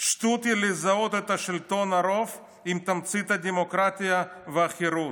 "שטות היא לזהות את שלטון הרוב עם תמצית הדמוקרטיה והחירות.